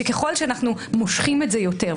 שככל שאנחנו מושכים את זה יותר,